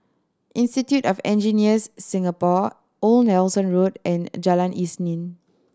Institute of Engineers Singapore Old Nelson Road and Jalan Isnin